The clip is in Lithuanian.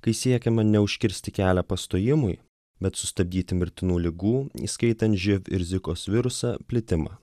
kai siekiama ne užkirsti kelią pastojimui bet sustabdyti mirtinų ligų įskaitant živ rizikos viruso plitimą